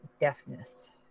deafness